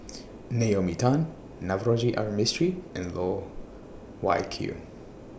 Naomi Tan Navroji R Mistri and Loh Wai Kiew